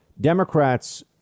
Democrats